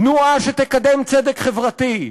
תנועה שתקדם צדק חברתי.